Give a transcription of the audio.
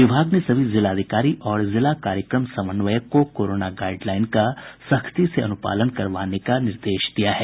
विभाग ने सभी जिलाधिकारी और जिला कार्यक्रम समन्वयक को कोरोना गाइडलाईन का सख्ती से अनुपालन करवाने का निर्देश दिया है